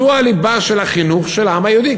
זאת הליבה של החינוך של העם היהודי.